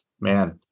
man